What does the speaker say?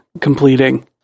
completing